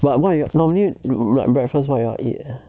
but what you normally breakfast what you all eat